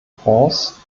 fonds